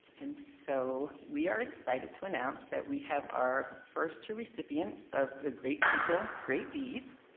and so we are excited to announce that we have our first two recipients of the great people great deeds.